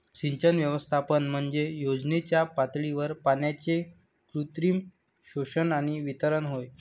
सिंचन व्यवस्थापन म्हणजे योजनेच्या पातळीवर पाण्याचे कृत्रिम शोषण आणि वितरण होय